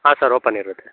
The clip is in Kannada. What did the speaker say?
ಹಾಂ ಸರ್ ಓಪನ್ ಇರುತ್ತೆ